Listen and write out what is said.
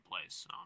place